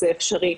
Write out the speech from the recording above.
זה אפשרי,